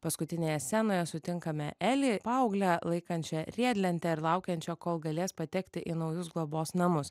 paskutinėje scenoje sutinkame eli paauglę laikančią riedlentę ir laukiančią kol galės patekti į naujus globos namus